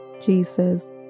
Jesus